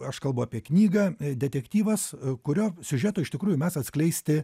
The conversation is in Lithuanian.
aš kalbu apie knygą detektyvas kurio siužeto iš tikrųjų mes atskleisti